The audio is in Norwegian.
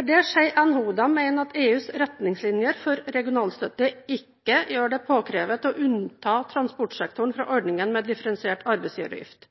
«NHO mener at EUs retningslinjer for regionalstøtte ikke gjør det påkrevet å unnta transportsektoren fra ordningen med differensiert arbeidsgiveravgift.